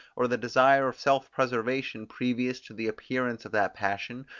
or the desire of self-preservation previous to the appearance of that passion,